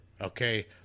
Okay